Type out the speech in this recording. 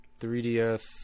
3DS